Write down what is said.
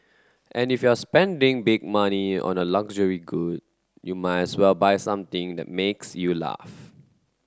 and if you're spending big money on a luxury good you might as well buy something that makes you laugh